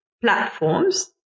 platforms